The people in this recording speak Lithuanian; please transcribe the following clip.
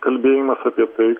kalbėjimas apie tai